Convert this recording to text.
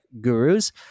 gurus